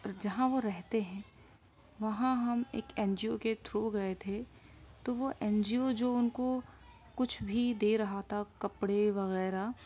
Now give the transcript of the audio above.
جہاں وہ رہتے ہیں وہاں ہم ایک این جی او کے تھرو گئے تھے تو وہ این جی او جو ان كو کچھ بھی دے رہا تھا کپڑے وغیرہ